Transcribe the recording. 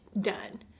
done